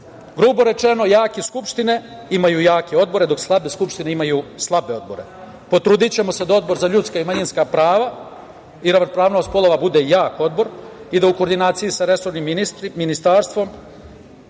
delu. Grubo rečeno, jake skupštine imaju jake odbore, dok slabe skupštine imaju slabe odbore. Potrudićemo se da Odbor za ljudska i manjinska prava i ravnopravnost polova bude jak odbor i da u koordinaciji sa resornim ministarstvom,